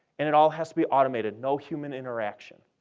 and it all has to be automated. no human interaction.